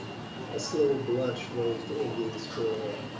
a slow blush rose to undine's forehead.